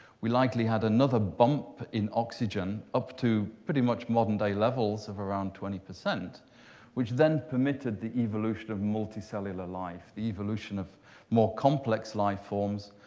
we likely had another bump in oxygen up to pretty much modern day levels of around twenty, which then permitted the evolution of multicellular life, the evolution of more complex life forms,